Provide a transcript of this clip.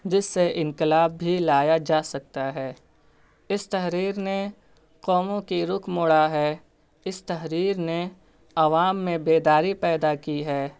جس سے انقلاب بھی لایا جا سکتا ہے اس تحریر نے قوموں کی رخ موڑا ہے اس تحریر نے عوام میں بیداری پیدا کی ہے